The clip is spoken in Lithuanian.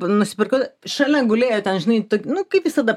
nusipirkau šalia gulėjo ten žinai nu kaip visada